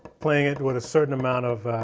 playing it with a certain amount of